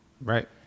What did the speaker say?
Right